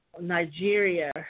Nigeria